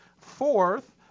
Fourth